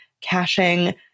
caching